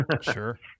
Sure